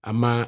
Ama